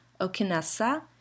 Okinasa